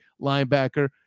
linebacker